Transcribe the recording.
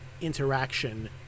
interaction